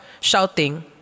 shouting